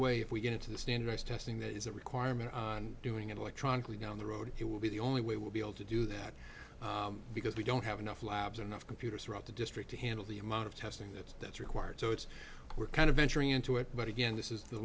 way if we get into the standardized testing that is a requirement and doing it electronically down the road it will be the only way we'll be able to do that because we don't have enough labs enough computers throughout the district to handle the amount of testing that's that's required so it's we're kind of venturing into it but again this is the